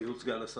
היא הוצגה לשרים?